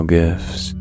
gifts